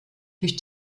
durch